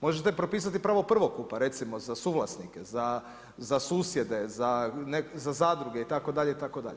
Možete propisati pravo prvokupa recimo za suvlasnike, za susjede, za zadruge itd. itd.